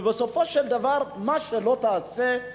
ובסופו של דבר, מה שלא תעשה,